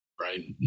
Right